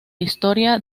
historia